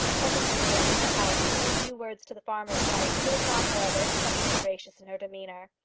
cousin henry entered the house and said a few words to the farmer's wife, who was not, however, specially gracious in her demeanour.